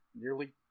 Nearly